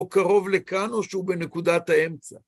או קרוב לכאן או שהוא בנקודת האמצע.